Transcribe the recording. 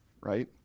right